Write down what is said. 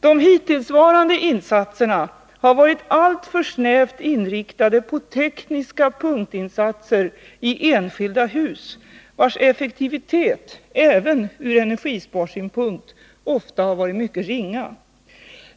De hittillsvarande insatserna har varit alltför snävt inriktade på tekniska punktinsatser i enskilda hus, vilkas effektivitet även ur energisparsynpunkt ofta har varit mycket ringa.